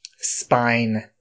spine